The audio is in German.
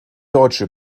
deutsche